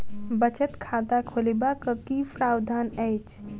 बचत खाता खोलेबाक की प्रावधान अछि?